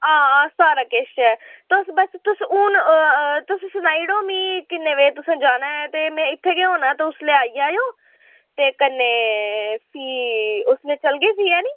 हां हां सारा किश ऐ तुस बस तुस हून अ तुस सना ईओड़ो मी किन्ने बजे तुसें जाना ऐ ते में इत्थै गै होना ते उसलै आई जाएओ ते कन्नै फ्ही उसलै चलगे फ्ही ऐह्नी